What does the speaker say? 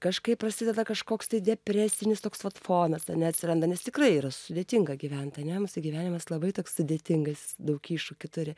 kažkaip prasideda kažkoks tai depresinis toks vat fonas ane neatsiranda nes tikrai yra sudėtinga gyvent ane mūsų gyvenimas labai sudėtingais daug iššūkių turi